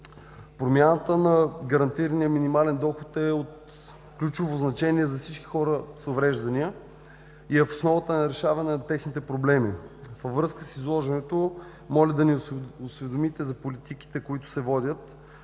Промяната на гарантирания минимален доход е от ключово значение за всички хора с увреждания и е в основата на решаване на техните проблеми. Във връзка с изложеното, моля да ни осведомите за политиките, които се водят